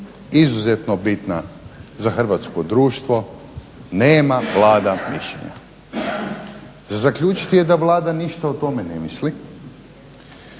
izuzetno bitna za hrvatsko društvo. Nema Vlada mišljenje. Za zaključiti je da Vlada ništa o tome ne misli,